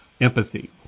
empathy